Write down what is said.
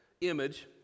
image